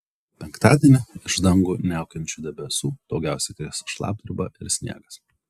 penktadienį iš dangų niaukiančių debesų daugiausiai kris šlapdriba ir sniegas